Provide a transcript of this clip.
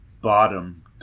bottom